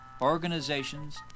organizations